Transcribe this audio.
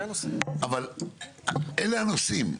אבל אלו הנושאים.